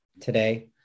today